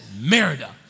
Merida